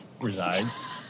resides